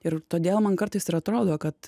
ir todėl man kartais ir atrodo kad